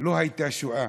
לא הייתה שואה.